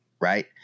right